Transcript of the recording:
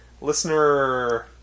listener